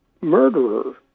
murderer